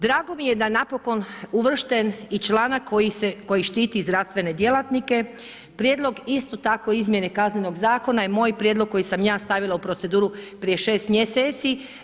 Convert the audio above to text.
Drago mi je da je napokon uvršten i članak koji štiti zdravstvene djelatnike, prijedlog isto tako izmjene kaznenog zakona je moj prijedlog koji sam ja stavila u proceduru prije 6 mjeseci.